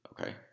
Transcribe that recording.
Okay